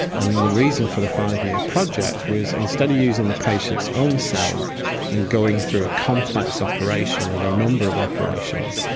and the reason for the five-year project was instead of using the patient's own cells and going through a complex operation and a number of operations,